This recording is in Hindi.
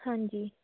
हाँ जी